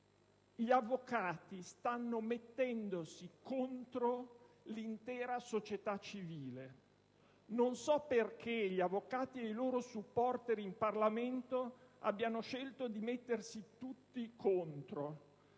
gli avvocati stanno mettendosi contro l'intera società civile: «Non so perché gli avvocati e i loro *supporter* in Parlamento abbiano scelto di mettersi tutti contro